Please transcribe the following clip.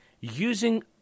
using